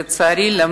לצערי, גם